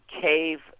cave